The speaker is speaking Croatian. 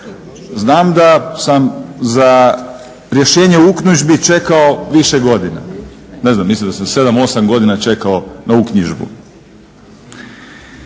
Znam da sam za rješenje uknjižbi čekao više godina. Ne znam mislim da sam 7, 8 godina čekao na uknjižbu.